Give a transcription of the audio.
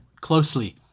closely